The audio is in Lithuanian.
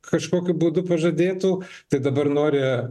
kažkokiu būdu pažadėtų tai dabar nori